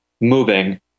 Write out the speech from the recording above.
moving